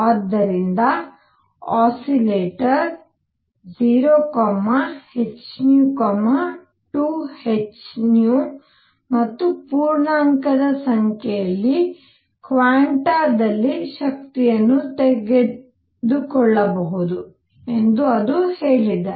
ಆದ್ದರಿಂದ oscillator 0 h 2 h ಮತ್ತು ಪೂರ್ಣಾಂಕದ ಸಂಖ್ಯೆಯಲ್ಲಿ ಕ್ವಾಂಟಾದಲ್ಲಿ ಶಕ್ತಿಯನ್ನು ತೆಗೆದುಕೊಳ್ಳಬಹುದು ಎಂದು ಅದು ಹೇಳಿದೆ